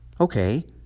Okay